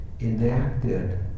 enacted